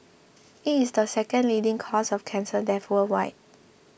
it is the second leading cause of cancer death worldwide